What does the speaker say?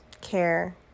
care